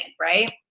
right